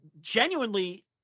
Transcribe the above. genuinely